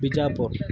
Bijapur